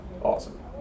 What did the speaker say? awesome